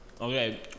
Okay